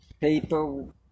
People